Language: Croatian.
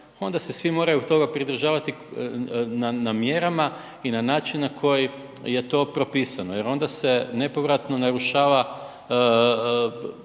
onda se svi moraju toga pridržavati na mjerama i na način na koji je to propisano jer onda se nepovratno narušava